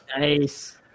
Nice